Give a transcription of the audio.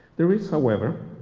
there is, however,